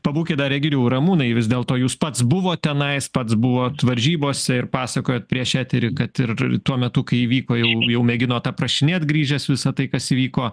pabūkit dar egidijau ramūnai vis dėlto jūs pats buvot tenais pats buvot varžybose ir pasakojot prieš eterį kad ir tuo metu kai įvyko jau jau mėgino tą aprašinėt grįžęs visa tai kas įvyko